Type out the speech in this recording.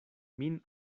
min